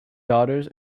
daughters